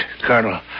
Colonel